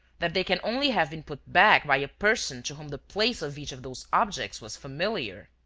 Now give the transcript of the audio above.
that they can only have been put back by a person to whom the place of each of those objects was familiar.